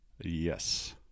Yes